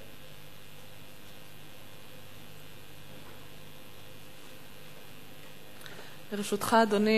לרשותך, אדוני,